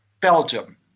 Belgium